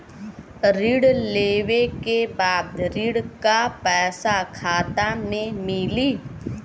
ऋण लेवे के बाद ऋण का पैसा खाता में मिली?